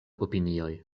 opinioj